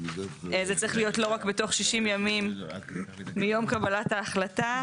זה צריך להיות לא רק בתוך 60 ימים מיום קבלת ההחלטה,